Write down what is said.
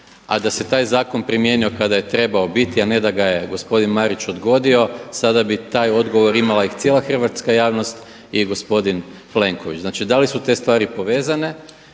a da se taj zakon primijenio kada je trebao biti, a ne da ga je gospodin Marić odgodio, sada bi taj odgovor imala i cijela hrvatska javnost i gospodin Plenković. Znači da li su te stvari povezane